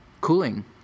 cooling